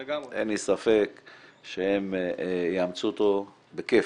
אין לי ספק שהם יאמצו אותו בכיף.